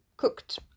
cooked